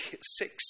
six